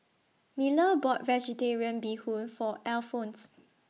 Miller bought Vegetarian Bee Hoon For Alphons